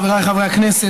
חבריי חברי הכנסת,